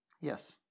Yes